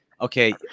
Okay